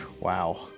Wow